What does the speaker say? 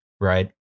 right